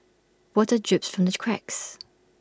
water drips from these cracks